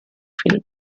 film